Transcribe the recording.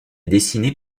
dessiné